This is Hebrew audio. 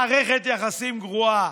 מערכת יחסים גרועה,